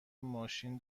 ماشین